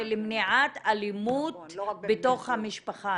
למניעת אלימות בתוך המשפחה,